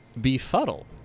Befuddle